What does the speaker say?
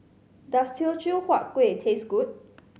does Teochew Huat Kuih taste good